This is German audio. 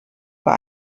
bei